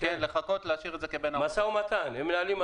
הם מנהלים משא ומתן.